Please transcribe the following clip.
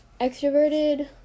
Extroverted